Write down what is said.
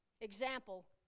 example